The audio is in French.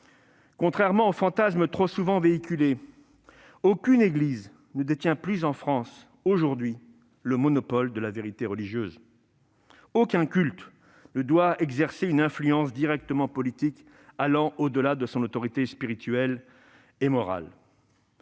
Contrairement aux fantasmes trop souvent véhiculés, aucune Église ne détient plus aujourd'hui en France le monopole de la vérité religieuse. Aucun culte ne doit exercer une influence directement politique, allant au-delà de son autorité spirituelle et morale.